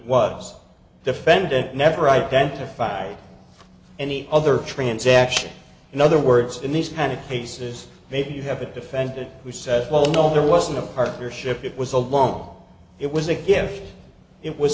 was defendant never identified any other transaction in other words in these kind of cases maybe you have a defendant we said well no there wasn't a partnership it was a long it was a gift it was